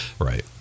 right